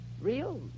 real